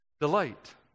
Delight